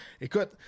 Écoute